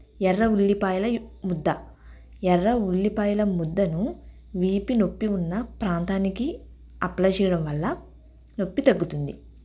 ఎర్ర ఉల్లిపాయల ముద్ద ఎర్ర ఉల్లిపాయల ముద్దను వీపు నొప్పి ఉన్న ప్రాంతానికి అప్లయి చేయడం వల్ల నొప్పి తగ్గుతుంది